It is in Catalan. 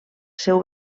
seu